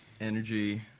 Energy